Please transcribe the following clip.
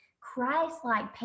Christ-like